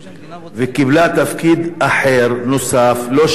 והיא קיבלה תפקיד אחר, נוסף, לא שלה.